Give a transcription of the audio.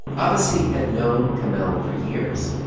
ah abbassi had known kamel for years.